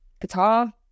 guitar